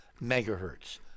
megahertz